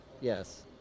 Yes